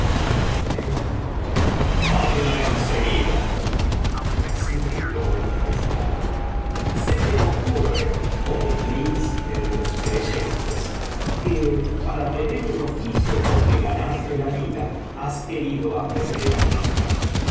el rey dijo habla en seguida y así habló el pescador se me ocurre oh príncipe de los creyen biblioteca valenciana generalitat valenciana historia de dulce amiga tes que para tener un oficio cotí que ganarte la vida has querido aprender á pescar